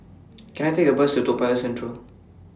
Can I Take A Bus to Toa Payoh Central